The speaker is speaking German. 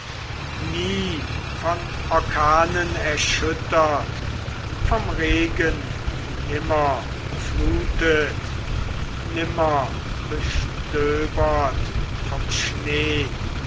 nie von orkanen erschüttert vom regen nimmer beflutet nimmer bestöbert vom schnee